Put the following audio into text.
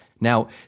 Now